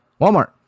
Walmart